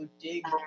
dig